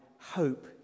hope